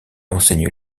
enseigne